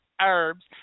herbs